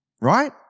right